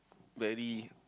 very